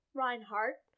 Reinhardt